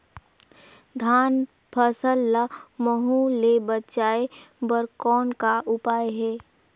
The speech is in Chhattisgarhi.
धान फसल ल महू ले बचाय बर कौन का उपाय हे?